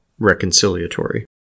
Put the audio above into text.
reconciliatory